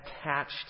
attached